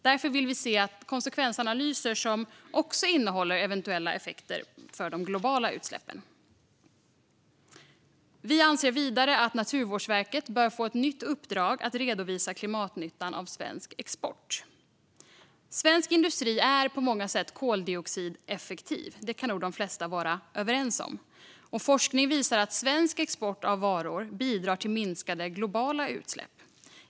Därför vill vi se konsekvensanalyser som också innehåller eventuella effekter för de globala utsläppen. Vi anser vidare att Naturvårdsverket bör få ett nytt uppdrag att redovisa klimatnyttan av svensk export. Svensk industri är på många sätt koldioxideffektiv; det kan nog de flesta vara överens om. Och forskning visar att svensk export av varor bidrar till minskade globala utsläpp.